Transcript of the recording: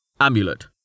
Amulet